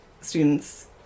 students